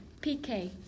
PK